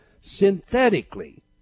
synthetically